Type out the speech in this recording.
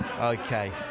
Okay